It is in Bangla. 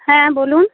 হ্যাঁ বলুন